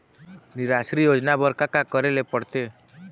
निराश्री योजना बर का का करे ले पड़ते?